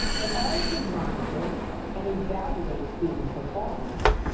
in order to monitor and evaluate student performance,